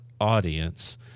audience